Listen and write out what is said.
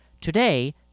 Today